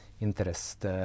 interest